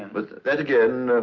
but that, again,